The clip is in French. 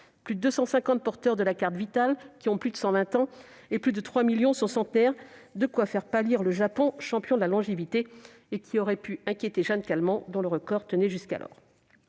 plus de 250 porteurs de la carte Vitale ont plus de 120 ans et plus de 3 millions d'entre eux sont centenaires, voilà qui pourrait faire pâlir le Japon, champion de la longévité et qui aurait pu inquiéter Jeanne Calment dont le record tenait jusqu'alors